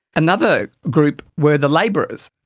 another group were the labourers,